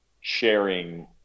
sharing